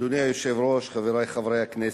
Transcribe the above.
אדוני היושב-ראש, חברי חברי הכנסת,